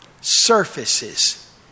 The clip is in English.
surfaces